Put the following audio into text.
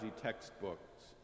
textbooks